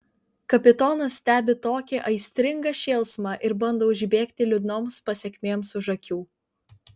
kapitonas stebi tokį aistringą šėlsmą ir bando užbėgti liūdnoms pasekmėms už akių